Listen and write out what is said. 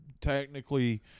technically